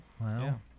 Wow